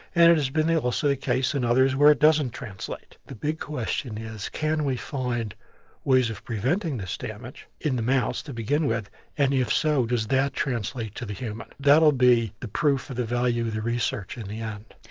and it has been also the case in others where it doesn't translate the big question is can we find ways of preventing this damage in the mouse to begin with and if so, does that translate to the human? that'll be the proof of the value of the research in the end.